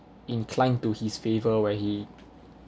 inclined to his favor where he